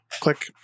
Click